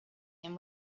him